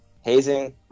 hazing